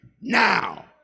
now